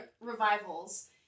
revivals